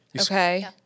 Okay